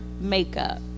makeup